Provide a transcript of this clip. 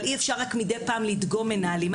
אבל אי-אפשר מדי פעם רק לדגום מנהלים.